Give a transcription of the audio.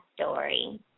story